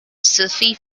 sufi